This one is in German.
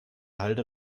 halde